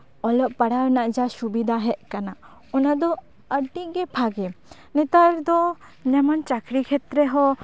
ᱚᱞᱚᱜ ᱯᱟᱲᱦᱟᱣ ᱨᱮᱭᱟᱜ ᱡᱟᱦᱟᱸ ᱥᱩᱵᱤᱫᱷᱟ ᱦᱮᱡ ᱟᱠᱟᱱᱟ ᱚᱱᱟ ᱫᱚ ᱟᱹᱰᱤᱜᱮ ᱵᱷᱟᱜᱮ ᱱᱮᱛᱟᱨ ᱫᱚ ᱡᱮᱢᱚᱱ ᱪᱟᱠᱨᱤ ᱠᱷᱮᱛᱨᱮ ᱨᱮᱦᱚᱸ